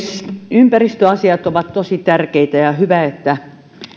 ympäristöasiat ovat tosi tärkeitä ja hyvä että